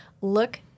look